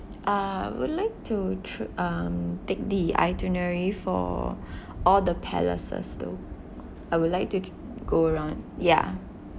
uh I would like to tri~ um take the itinerary for all the palaces though I would like to go around ya